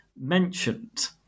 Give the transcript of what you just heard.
mentioned